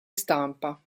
stampa